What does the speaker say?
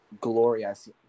glorious